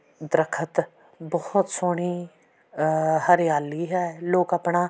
ਦਰੱਖਤ ਬਹੁਤ ਸੋਹਣੀ ਹਰਿਆਲੀ ਹੈ ਲੋਕ ਆਪਣਾ